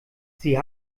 sie